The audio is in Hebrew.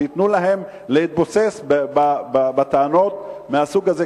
שייתנו להם להתבוסס בטענות מהסוג הזה.